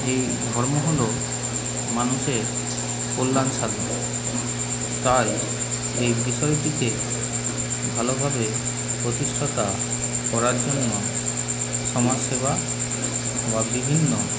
এই ধর্ম হল মানুষের কল্যাণ সাধন তাই এই বিষয়টিকে ভালোভাবে প্রতিষ্ঠা করার জন্য সমাজসেবা বা বিভিন্ন